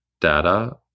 data